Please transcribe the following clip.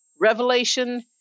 Revelation